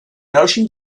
dalším